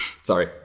Sorry